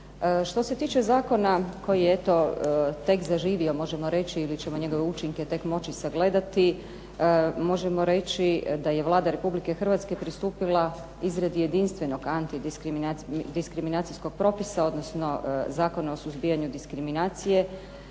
Što se tiče zakona koji je eto tek zaživio možemo reći ili ćemo njegove učinke tek moći sagledati, možemo reći da je Vlada Republike Hrvatske pristupila izradi jedinstvenog antidiskriminacijskog propisa, odnosno Zakona o suzbijanju diskriminacije,